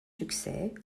succès